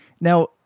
Now